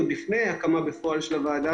עוד לפני ההקמה בפועל של הוועדה,